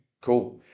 cool